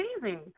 amazing